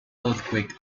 earthquake